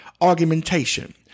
argumentation